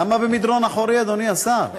למה במדרון אחורי, אדוני השר?